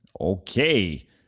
okay